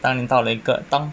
当你到了一个当